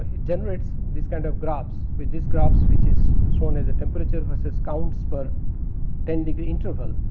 ah generates these kind of graphs with these graphs which is shown as a temperature versus counts per ten degree interval.